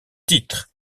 titre